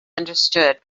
understood